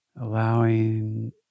allowing